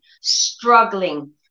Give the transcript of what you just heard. struggling